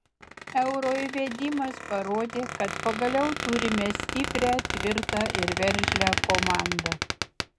euro įvedimas parodė kad pagaliau turime stiprią tvirtą ir veržlią komandą